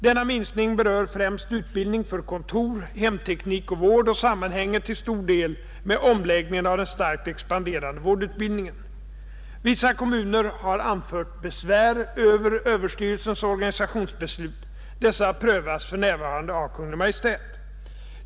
Denna minskning berör främst utbildning för kontor, hemteknik och vård och sammanhänger till stor del med omläggningen av den starkt expanderade vårdutbildningen. Vissa kommuner har anfört besvär över överstyrelsens organisationsbeslut. Dessa prövas för närvarande av Kungl. Maj:t.